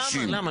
למה?